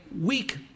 weak